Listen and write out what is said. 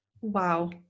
Wow